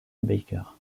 baker